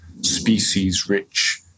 species-rich